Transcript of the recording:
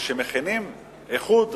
כשמכינים איחוד,